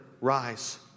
rise